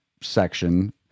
section